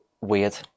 Weird